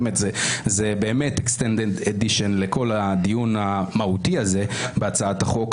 זה באמת extended edition לכל הדיון המהותי הזה בהצעת החוק.